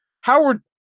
Howard